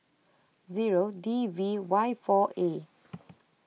zero D V Y four A